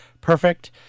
Perfect